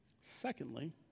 Secondly